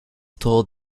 told